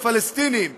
הפלסטינים,